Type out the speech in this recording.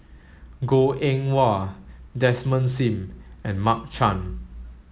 Goh Eng Wah Desmond Sim and Mark Chan